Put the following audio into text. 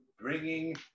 bringing